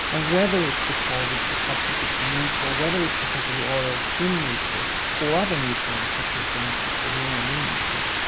and whether it's because it's a substitute to meat or whether it's because of the oils in these fish or other nutrients such as zinc or selenium in these fish,